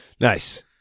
Nice